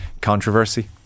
controversy